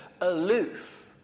aloof